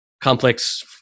complex